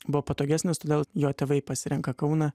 buvo patogesnis todėl jo tėvai pasirenka kauną